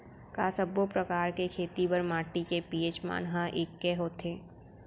का सब्बो प्रकार के खेती बर माटी के पी.एच मान ह एकै होथे?